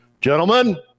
Gentlemen